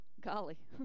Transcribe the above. golly